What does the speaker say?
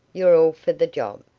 you're all for the job.